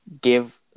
give